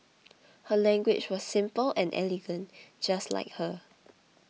her language was simple and elegant just like her